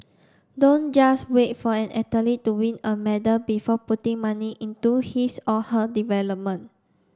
don't just wait for an athlete to win a medal before putting money into his or her development